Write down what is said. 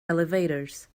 elevators